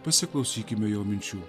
pasiklausykime jo minčių